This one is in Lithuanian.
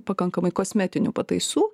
pakankamai kosmetinių pataisų